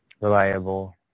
Reliable